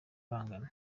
bangana